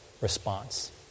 response